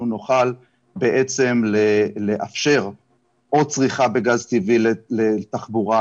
נוכל לאפשר עוד צריכה בגז טבעי לתחבורה,